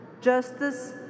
Justice